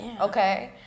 okay